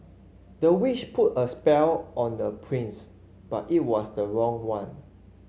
the witch put a spell on the prince but it was the wrong one